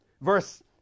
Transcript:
verse